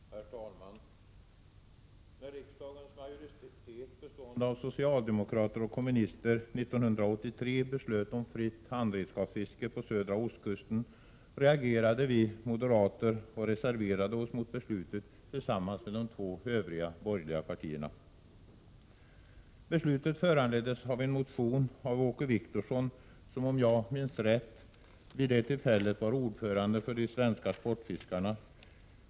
Herr talman! När riksdagens majoritet, bestående av socialdemokrater och kommunister, 1983 beslöt om fritt handredskapsfiske på södra ostkusten, reagerade vi moderater och reserverade oss mot beslutet tillsammans med de två övriga borgerliga partierna. Beslutet föranleddes av en motion från Åke Wictorsson, som, om jag minns rätt, vid det tillfället var ordförande för de svenska sportfiskarna.